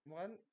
one